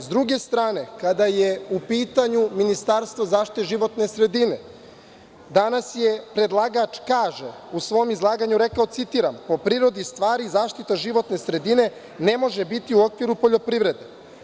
S druge strane, kada je u pitanju Ministarstvo zaštite životne sredine, danas je predlagač u svom izlaganju rekao, citiram, po prirodi stvari, zaštita životne sredine ne može biti u okviru poljoprivrede.